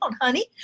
honey